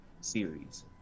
series